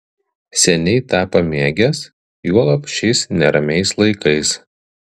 seniai tą pamėgęs juolab šiais neramiais laikais